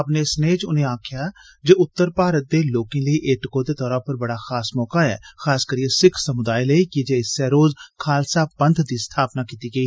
अपने स्नेह् च उनें आखेआ जे उत्तर भारत दे लोकें लेई एह् टकोह्दे तौरा पर बड़ा खास मौका ऐ खासकरियै सिक्ख समुदाय लेई कीजे इस्सै रोज खालसा पंथ दी स्थापना कीती गेई